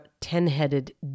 ten-headed